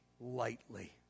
lightly